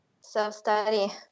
Self-study